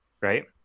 Right